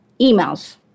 emails